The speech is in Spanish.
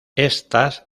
estas